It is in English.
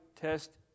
test